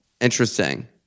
Interesting